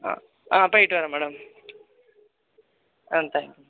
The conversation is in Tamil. ஆ போயிவிட்டு வரேன் மேடம் ஆ தேங்க் யூ